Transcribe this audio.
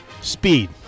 Speed